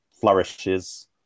flourishes